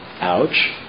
Ouch